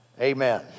Amen